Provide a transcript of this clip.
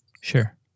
Sure